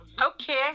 Okay